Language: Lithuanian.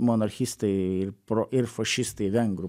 monarchistai ir pro ir fašistai vengrų